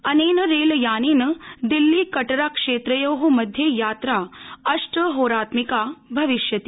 अनेन रेलयानेन दिल्ली कटरा क्षेत्रयो मध्ये यात्रा अष्टहोरात्मिका भविष्यति